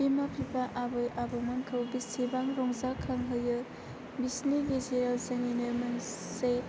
बिमा बिफा आबै आबौमोनखौ बेसेबां रंजाखांहोयो बिसोरनि गोसोआव जोंनिनो मोनसे